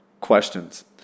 questions